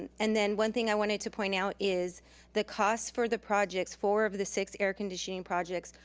and and then one thing i wanted to point out is the cost for the projects, four of the six air conditioning projects,